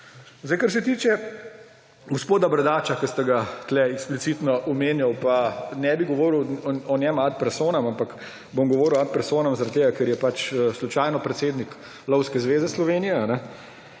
urami. Kar se tiče gospoda Bradača, ki ste ga tukaj eksplicitno omenjali, pa ne bi govoril o njem ad personam, ampak bom govoril ad personam zaradi tega, ker je pač slučajno predsednik Lovske zveze Slovenije.